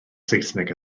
saesneg